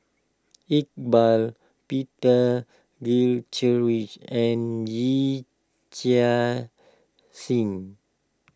Iqbal Peter Gilchrist and Yee Chia Hsing